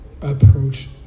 approach